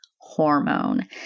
hormone